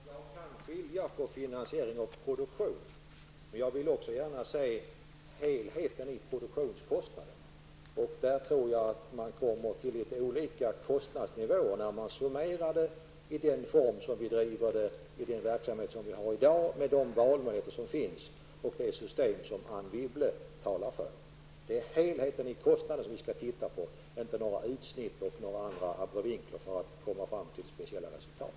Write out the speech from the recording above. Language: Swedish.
Herr talman! Jag kan skilja på detta med finansiering och produktion. Men jag vill gärna också att vi ser till helheten i fråga om produktionskostnaden. I det avseendet tror jag att vi kommer fram till litet olika kostnadsnivåer vid summeringen när det gäller dels verksamhetsformen i dag med tanke på de valmöjligheter som finns, dels det system som Anne Wibble talar för. Det är alltså helheten vad gäller kostnaderna som vi skall se till. Det handlar inte om någon abrovink för att nå speciella resultat.